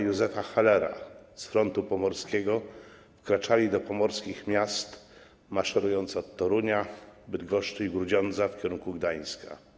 Józefa Hallera z frontu pomorskiego wkraczali do pomorskich miast, maszerując od Torunia, Bydgoszczy i Grudziądza w kierunku Gdańska.